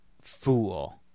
fool